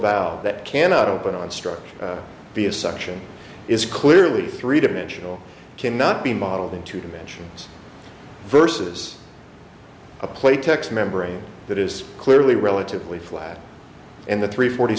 valve that cannot open on structure the assumption is clearly three dimensional can not be modeled in two dimensions versus a playtex membrane that is clearly relatively flat and the three forty